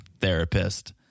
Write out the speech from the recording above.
therapist